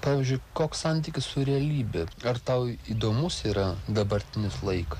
pavyzdžiui koks santykis su realybe ar tau įdomus yra dabartinis laikas